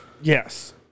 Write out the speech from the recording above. Yes